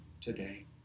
today